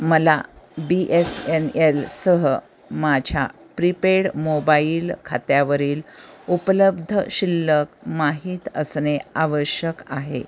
मला B S N L सह माझ्या प्रीपेड मोबाईल खात्यावरील उपलब्ध शिल्लक माहीत असणे आवश्यक आहे